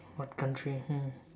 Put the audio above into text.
what country hmm